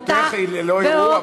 זכותך היא ללא ערעור,